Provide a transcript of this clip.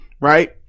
right